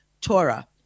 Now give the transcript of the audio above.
Torah